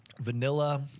vanilla